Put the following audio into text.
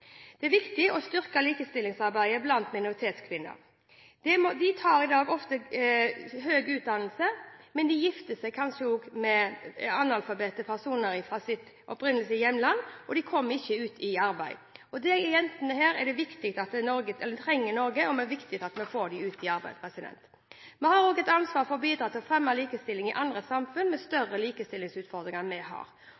Det er viktig å styrke likestillingsarbeidet blant minoritetskvinner. De tar i dag ofte høy utdannelse, men de gifter seg kanskje med analfabeter fra sitt opprinnelige hjemland, og de kommer ikke ut i arbeid. Norge trenger disse jentene, og det er viktig at vi får dem ut i arbeid. Vi har også et ansvar for å bidra til å fremme likestilling i andre samfunn med